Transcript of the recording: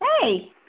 Hey